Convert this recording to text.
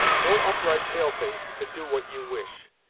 no upright pale-face could do what you wish,